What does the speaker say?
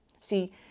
See